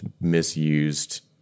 misused